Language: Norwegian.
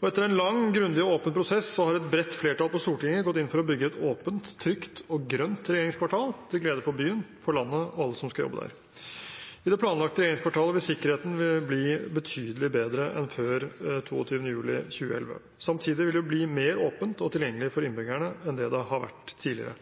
Etter en lang, grundig og åpen prosess har et bredt flertall på Stortinget gått inn for å bygge et åpent, trygt og grønt regjeringskvartal, til glede for byen, for landet og for alle som skal jobbe der. I det planlagte regjeringskvartalet vil sikkerheten bli betydelig bedre enn før 22. juli 2011. Samtidig vil det bli mer åpent og tilgjengelig for innbyggerne enn det har vært tidligere.